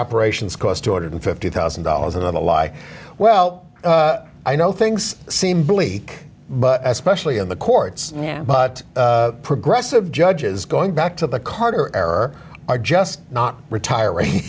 operations cost two hundred and fifty thousand dollars and the lie well i know things seem bleak but especially in the courts now but progressive judges going back to the carter error are just not retiring